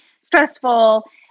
stressful